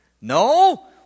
No